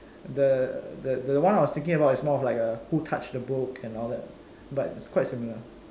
the the the one I was thinking about is more of like who touch the book and all that but it's quite similar